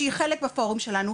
שהיא חלק בפורום שלנו,